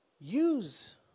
use